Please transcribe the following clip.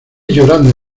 llorando